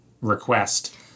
request